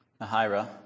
Ahira